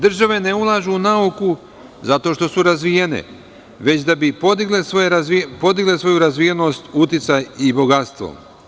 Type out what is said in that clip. Države ne ulažu u nauku zato što su razvijene, već da bi podigle svoju razvijenost, uticaj i bogatstvo.